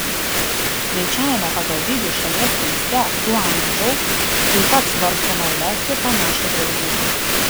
trečiajame pagal dydį šalies mieste guangdžou taip pat svarstoma įvesti panašų draudimą